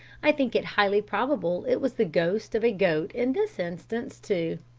i think it highly probable it was the ghost of a goat in this instance, too.